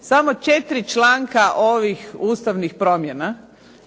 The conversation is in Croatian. Samo 4 članka ovih ustavnih promjena